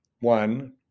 One